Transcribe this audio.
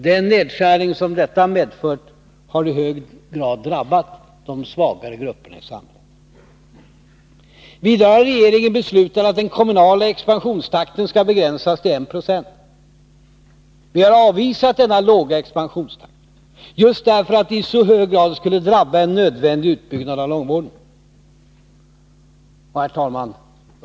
Den nedskärning som detta medfört har i hög grad drabbat de svagare grupperna i samhället. Vidare har regeringen beslutat att den kommunala expansionstakten skall begränsas till 1 96. Vi har avvisat denna låga expansionstakt, just därför att det i så hög grad skulle drabba en nödvändig utbyggnad av långvården. Herr talman!